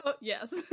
yes